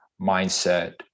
mindset